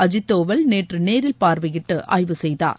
அஜித் தோவல் நேற்று நேரில் பார்வையிட்டு ஆய்வு செய்தார்